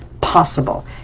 possible